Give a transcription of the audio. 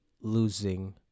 losing